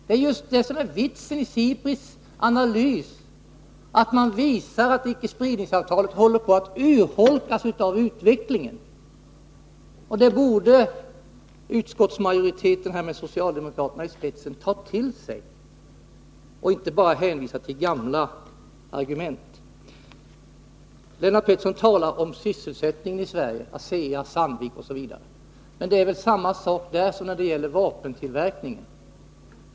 Det är just det som är vitsen i SIPRI:s analys, att man visar att icke-spridningsavtalet håller på att urholkas av utvecklingen. Det borde utskottsmajoriteten, med socialdemokraterna i spetsen, ta till sig och inte bara hänvisa till gamla argument. Lennart Pettersson talar om sysselsättningen i Sverige, inom ASEA, Sandvik osv. Men det är väl på samma sätt där som när det gäller vapentillverkningen.